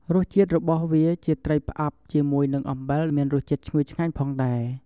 រសជាតិរបស់វាជាត្រីផ្អាប់ជាមួយនឹងអំបិលមានរសជាតិឈ្ងុយឆ្ងាញ់ផងដែរ។